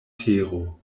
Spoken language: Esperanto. tero